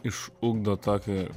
išugdo tokį